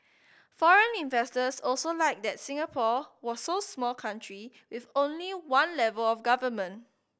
foreign investors also liked that Singapore was so small country with only one level of government